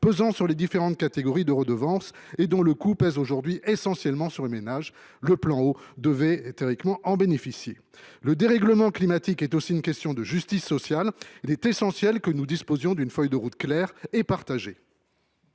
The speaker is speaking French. pesant sur les différentes catégories de redevables et dont le coût repose aujourd’hui essentiellement sur les ménages. Le plan Eau devait théoriquement en profiter ! Le dérèglement climatique soulève aussi une question de justice sociale. Il est donc essentiel que nous disposions d’une feuille de route claire et partagée.